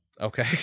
Okay